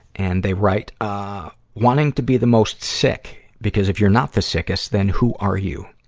and they write, ah, wanting to be the most sick, because if you're not the sickest then who are you?